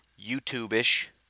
YouTube-ish